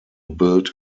build